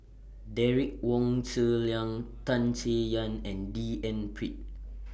Derek Wong Zi Liang Tan Chay Yan and D N Pritt